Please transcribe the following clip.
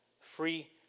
Free